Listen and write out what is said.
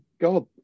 God